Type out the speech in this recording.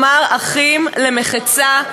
כלומר אחים למחצה,